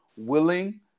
willing